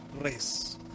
race